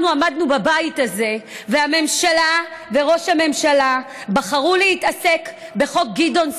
אנחנו עמדנו בבית הזה והממשלה וראש הממשלה בחרו להתעסק בחוק גדעון סער.